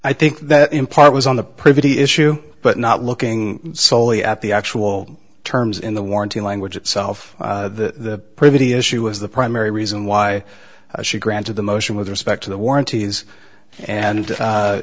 i think that in part was on the privy issue but not looking solely at the actual terms in the warranty language itself the privity issue is the primary reason why she granted the motion with respect to the warranties and